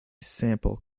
sample